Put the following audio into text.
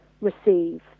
receive